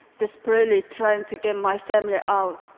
desperately trying to get my family out.